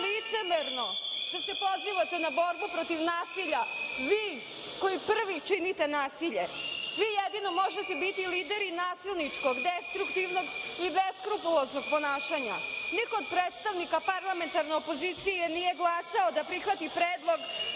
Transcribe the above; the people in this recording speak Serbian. licemerno da se pozivate na borbu protiv nasilja vi, koji prvi činite nasilje. Vi jedino možete biti lideri nasilničkog, destruktivnog i beskrupuloznog ponašanja. Niko od predstavnika parlamentarne opozicije nije glasao da prihvati Predlog